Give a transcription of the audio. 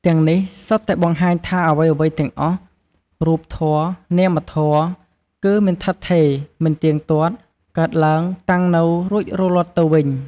ទាំងនេះសុទ្ធតែបង្ហាញថាអ្វីៗទាំងអស់ រូបធម៌ នាមធម៌ គឺ មិនឋិតថេរ មិនទៀងទាត់ កើតឡើង តាំងនៅ រួចរលត់ទៅវិញ។